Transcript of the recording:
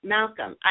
Malcolm